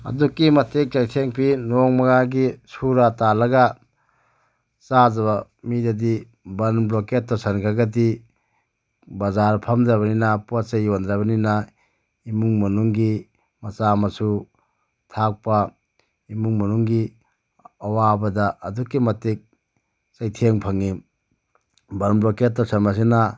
ꯑꯗꯨꯛꯀꯤ ꯃꯇꯤꯛ ꯆꯩꯊꯦꯡ ꯄꯤ ꯅꯣꯡꯃꯒꯤ ꯁꯨꯔꯒ ꯇꯥꯜꯂꯒ ꯆꯥꯖꯕ ꯃꯤꯗꯗꯤ ꯕꯟ ꯕ꯭ꯂꯣꯀꯦꯠ ꯇꯧꯁꯤꯟꯈ꯭ꯔꯒꯗꯤ ꯕꯖꯥꯔ ꯐꯝꯗ꯭ꯔꯕꯅꯤꯅ ꯄꯣꯠ ꯆꯩ ꯌꯣꯟꯗ꯭ꯔꯕꯅꯤꯅ ꯏꯃꯨꯡ ꯃꯅꯨꯡꯒꯤ ꯃꯆꯥ ꯃꯁꯨ ꯊꯥꯛꯄ ꯏꯃꯨꯡ ꯃꯅꯨꯡꯒꯤ ꯑꯋꯥꯕꯗ ꯑꯗꯨꯛꯀꯤ ꯃꯇꯤꯛ ꯆꯩꯊꯣꯡ ꯐꯪꯏ ꯕꯟ ꯕ꯭ꯂꯣꯀꯦꯠ ꯇꯧꯁꯤꯟꯕꯁꯤꯅ